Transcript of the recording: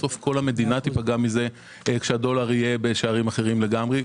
בסוף כל המדינה תיפגע מזה כשהדולר יהיה בשערים אחרים לגמרי.